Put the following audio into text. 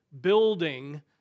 building